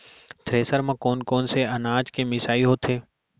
Thresher म कोन कोन से अनाज के मिसाई होथे?